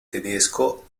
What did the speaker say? tedesco